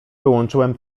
wyłączyłem